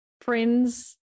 friends